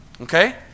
okay